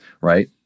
right